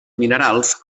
minerals